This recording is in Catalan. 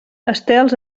estels